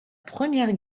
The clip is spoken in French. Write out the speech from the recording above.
première